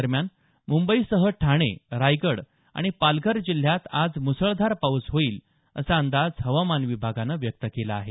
दरम्यान मुंबईसह ठाणे रायगड आणि पालघर जिल्ह्यात आज मुसळधार पाऊस होईल असा अंदाज हवामान विभागानं व्यक्त केला आहे